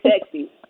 sexy